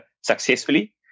successfully